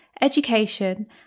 education